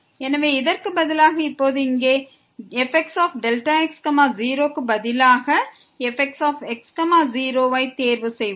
எனவே இதற்கு பதிலாக இப்போது இங்கே fxx0 க்கு பதிலாக fxx 0 ஐ தேர்வு செய்வோம்